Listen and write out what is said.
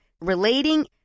relating